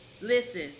listen